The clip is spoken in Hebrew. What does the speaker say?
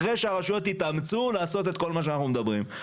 אחרי שהרשויות התאמצו לעשות את כל מה שאנחנו מדברים?